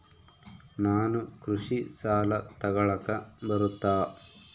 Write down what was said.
ನಾನು ಕೃಷಿ ಸಾಲ ತಗಳಕ ಬರುತ್ತಾ?